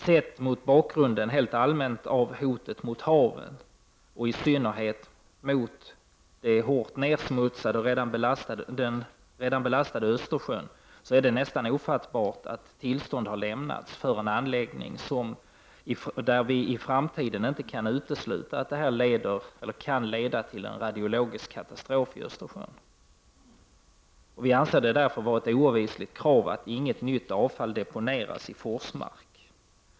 Sett mot bakgrunden av hotet mot haven och i synnerhet mot den redan hårt nedsmutsade och belastade Östersjön är det nästan ofattbart att man har lämnat tillstånd för en anläggning som i framtiden kan leda till en radiologisk katastrof i Östersjön. Vi anser att det därför är ett oavvisligt krav att inget nytt avfall deponeras i Forsmark.